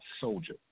soldier